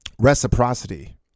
reciprocity